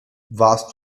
warst